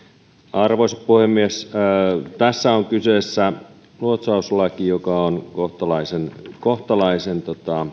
arvoisa puhemies tässä on kyseessä luotsauslaki joka on kohtalaisen kohtalaisen